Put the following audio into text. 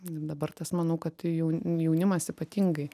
dabar tas manau kad tai jau jaunimas ypatingai